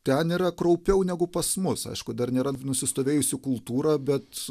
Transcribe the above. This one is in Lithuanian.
ten yra kraupiau negu pas mus aišku dar nėra nusistovėjusi kultūra bet